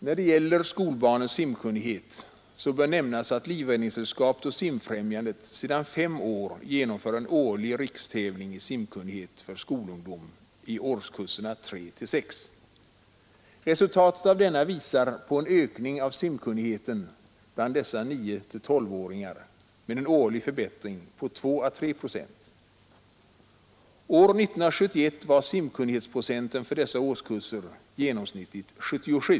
När det gäller skolbarnens simkunnighet bör nämnas att Livräddningssällskapet och Simfrämjandet sedan fem år genomför en årlig rikstävling i simkunnighet för skolungdom i årskurserna 3—6. Resultatet av denna visar på en ökning av simkunnigheten bland dessa 9—12-åringar med en årlig förbättring på 2 å 3 procent. År 1971 var simkunnighetsprocenten för dessa årskurser genomsnittligt 77.